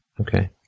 Okay